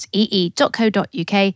ee.co.uk